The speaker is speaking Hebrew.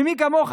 ומי כמוך,